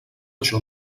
això